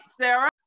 Sarah